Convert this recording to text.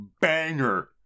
banger